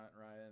Ryan